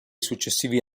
successivi